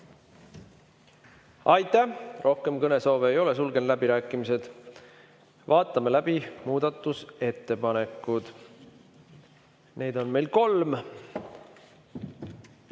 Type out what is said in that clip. Aitäh! Rohkem kõnesoove ei ole, sulgen läbirääkimised. Vaatame läbi muudatusettepanekud. Neid on meil kolm.